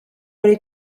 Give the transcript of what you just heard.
oli